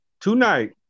tonight